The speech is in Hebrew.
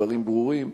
דברים ברורים,